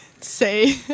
say